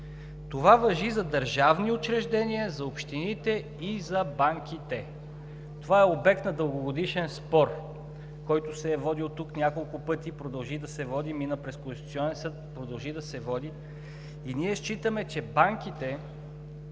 Това важи за държавни учреждения, за общините и за банките. Това е обект на дългогодишен спор, който се е водил тук няколко пъти, продължи да се води, мина през Конституционен съд, продължи да се води и ние считаме, че банките,